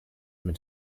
mit